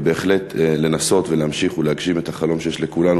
ובהחלט לנסות להמשיך ולהגשים את החלום שיש לכולנו,